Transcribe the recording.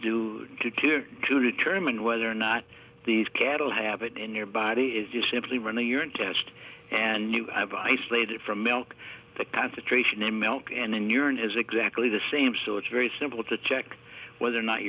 do to determine whether or not these cattle have it in your body is just simply run a urine test and you have isolated from milk the concentration in milk and in urine is exactly the same so it's very simple to check whether or not